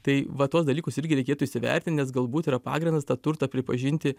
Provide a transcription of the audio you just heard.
tai va tuos dalykus irgi reikėtų įsivertint nes galbūt yra pagrindas tą turtą pripažinti